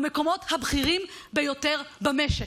במקומות הבכירים ביותר במשק.